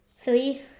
Three